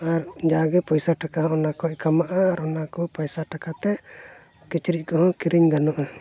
ᱟᱨ ᱡᱟᱜᱮ ᱯᱚᱭᱥᱟ ᱴᱟᱠᱟ ᱚᱱᱟ ᱠᱷᱚᱱ ᱠᱟᱢᱟᱜᱼᱟ ᱟᱨ ᱚᱱᱟᱠᱚ ᱯᱚᱭᱥᱟ ᱴᱟᱠᱟ ᱛᱮ ᱠᱤᱪᱨᱤᱡ ᱠᱚᱦᱚᱸ ᱠᱤᱨᱤᱧ ᱜᱟᱱᱚᱜᱼᱟ